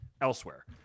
elsewhere